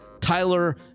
Tyler